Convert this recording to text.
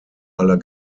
aller